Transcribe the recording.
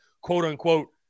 quote-unquote